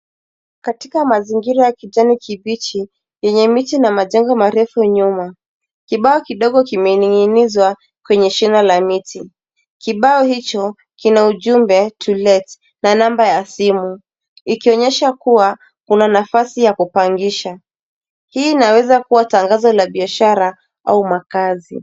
Katika mazingira ya kijani kibichi yenye miti na majanga marefu iliyo nyuma. Kibao kidogo kimening'inizwa kwenye shina la mti. Kibao hicho kina ujumbe to let na namba ya simu ikionyesha kuwa kuna nafasi ya kupangisha. Hii inaweza kuwa tangazo la biashara au makaazi.